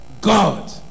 God